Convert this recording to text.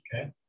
Okay